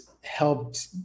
helped